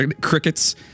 Crickets